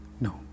No